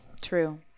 True